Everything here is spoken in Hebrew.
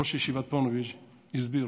ראש ישיבת פוניבז', הסביר